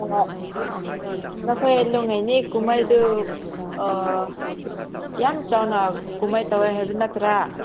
ꯑꯥ ꯅꯈꯣꯏ ꯂꯨꯏꯉꯥꯏꯅꯤ ꯀꯨꯝꯍꯩꯗꯨ ꯌꯥꯝ ꯆꯥꯎꯅ ꯀꯨꯝꯍꯩ ꯇꯧꯋꯦ ꯍꯥꯏꯕ ꯅꯠꯇ꯭ꯔꯥ